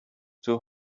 too